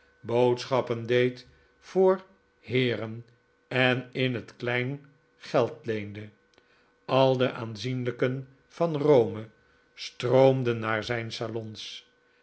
boodschappen deed voor heeren en in het klein geld leende al de aanzienlijken van rome stroomden naar zijn salons